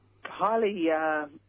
highly